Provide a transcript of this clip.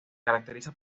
caracteriza